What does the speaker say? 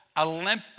Olympic